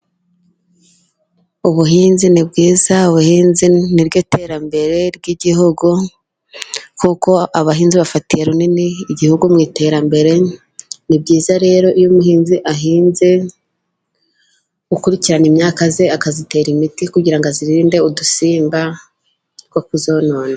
Ubuhinzi ni bwiza, ubuhinzi niryo terambere ry'igihugu, kuko abahinzi bafatiye runini igihugu mu iterambere. Ni byiza rero iyo umuhinzi ahinze agakurikirana imyaka ye akayitera imiti kugira ngo ayirinde udusimba two kuzonona.